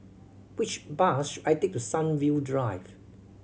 which bus should I take to Sunview Drive